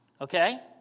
okay